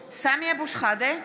(קוראת בשמות חברי הכנסת) סמי אבו שחאדה,